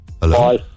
Hello